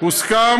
הוסכם